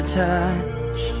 touch